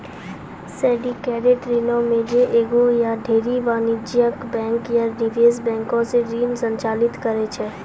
syndicated ऋणो मे जे एगो या ढेरी वाणिज्यिक बैंक या निवेश बैंको से ऋण संचालित करै छै